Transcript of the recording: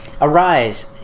Arise